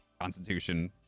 Constitution